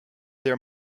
their